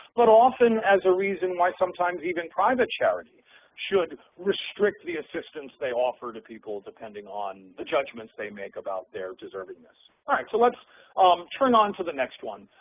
but often as a reason why sometimes even private charity should restrict the assistance they offer to people depending on the judgments they make about their deservedness. all right. so let's turn on to the next one,